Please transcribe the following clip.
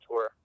Tour